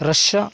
Russia